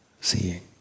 seeing